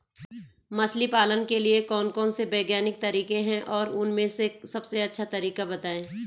मछली पालन के लिए कौन कौन से वैज्ञानिक तरीके हैं और उन में से सबसे अच्छा तरीका बतायें?